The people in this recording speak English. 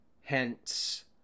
Hence